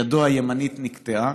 ידו הימנית נקטעה